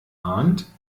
arndt